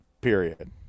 period